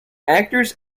actors